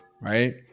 right